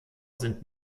sind